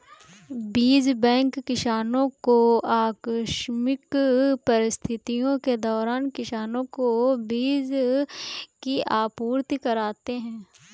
बीज बैंक किसानो को आकस्मिक परिस्थितियों के दौरान किसानो को बीज की आपूर्ति कराते है